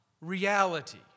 reality